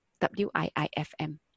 W-I-I-F-M